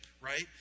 right